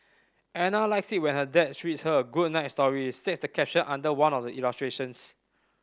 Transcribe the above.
Ana likes it when her dad read her a good night story states the caption under one of the illustrations